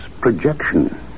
projection